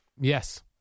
Yes